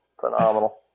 phenomenal